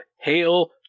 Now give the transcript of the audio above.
Hail